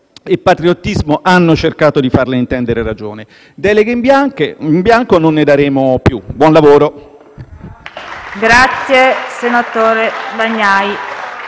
e patriottismo, hanno cercato di farle intendere ragione. Deleghe in bianco non ne daremo più: buon lavoro.